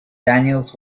daniels